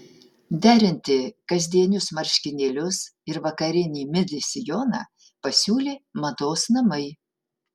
derinti kasdienius marškinėlius ir vakarinį midi sijoną pasiūlė mados namai